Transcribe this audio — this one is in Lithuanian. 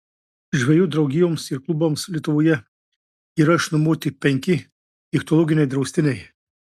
žvejų draugijoms ir klubams lietuvoje yra išnuomoti penki ichtiologiniai draustiniai